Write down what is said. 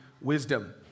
wisdom